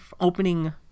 opening